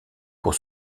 pour